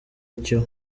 icyo